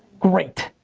great.